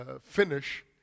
finish